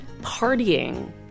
partying